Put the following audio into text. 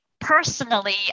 personally